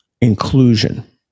inclusion